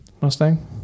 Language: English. Mustang